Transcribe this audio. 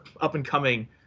up-and-coming